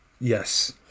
Yes